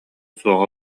суоҕа